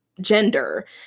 gender